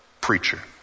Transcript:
preacher